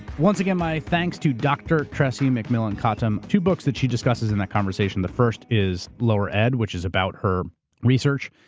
once again, my thanks to dr. tressie mcmillan cottom. two books that she discusses in that conversation, the first is lower ed, which is about her research,